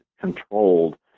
controlled